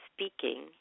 speaking